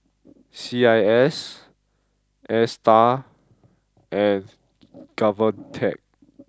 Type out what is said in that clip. C I S Astar and Govtech